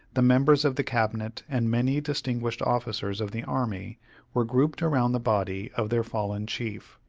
the members of the cabinet and many distinguished officers of the army were grouped around the body of their fallen chief.